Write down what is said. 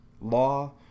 law